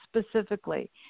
specifically